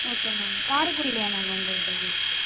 okay ma'am காரக்குடிலயா ma'am உங்களது இது இருக்கு